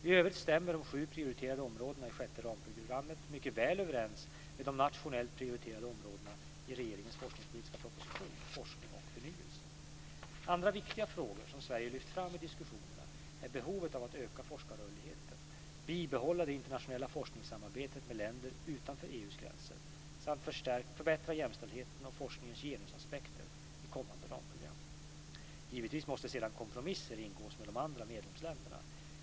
I övrigt stämmer de sju prioriterade områdena i sjätte ramprogrammet mycket väl överens med de nationellt prioriterade områdena i regeringens forskningspolitiska proposition Forskning och förnyelse . Andra viktiga frågor som Sverige lyft fram i diskussionerna är behovet av att öka forskarrörligheten, bibehålla det internationella forskningssamarbetet med länder utanför EU:s gränser samt förbättra jämställdheten och forskningens genusaspekter i kommande ramprogram. Givetvis måste sedan kompromisser ingås med de andra medlemsländerna.